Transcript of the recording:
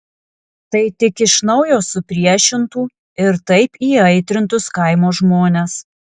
tai tik iš naujo supriešintų ir taip įaitrintus kaimo žmones